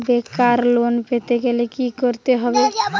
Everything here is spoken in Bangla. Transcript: বেকার লোন পেতে গেলে কি করতে হবে?